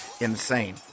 insane